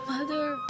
mother